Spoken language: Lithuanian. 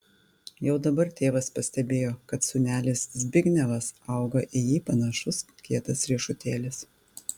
jau dabar tėvas pastebėjo kad sūnelis zbignevas auga į jį panašus kietas riešutėlis